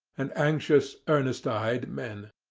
and anxious earnest-eyed men.